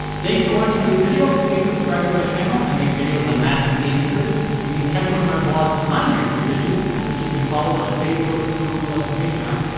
thanks for watching this video, please subscribe to my channel, i make videos on math and game theory. you can catch me on my blog, mind your decisions, which you can follow on facebook, google and patron.